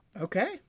Okay